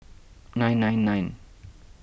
nine nine nine